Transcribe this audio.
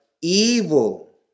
evil